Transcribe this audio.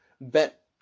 bet